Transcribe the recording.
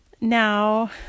Now